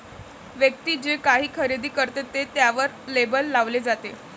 व्यक्ती जे काही खरेदी करते ते त्यावर लेबल लावले जाते